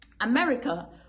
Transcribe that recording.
America